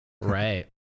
right